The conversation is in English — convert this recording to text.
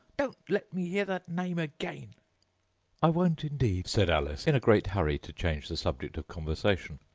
don't let me hear the name again i won't indeed said alice, in a great hurry to change the subject of conversation.